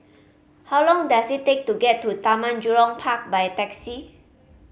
how long does it take to get to Taman Jurong Park by taxi